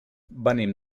venim